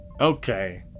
Okay